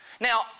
Now